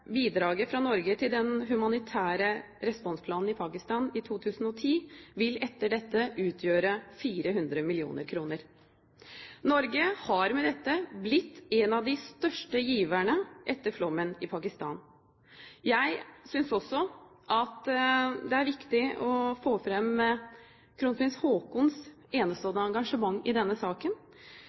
bidraget fra Norge til den humanitære responsplanen i Pakistan i 2010 vil etter dette utgjøre 400 mill. kr. Norge har med dette blitt en av de største giverne etter flommen i Pakistan. Jeg synes også det er viktig å få frem kronprins Haakons enestående engasjement i denne saken.